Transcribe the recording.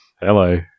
hello